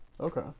Okay